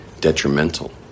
detrimental